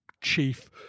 chief